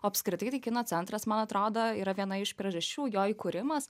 o apskritai tai kino centras man atrodo yra viena iš priežasčių jo įkūrimas